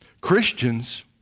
Christians